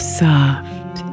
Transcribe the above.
soft